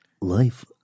Life